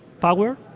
power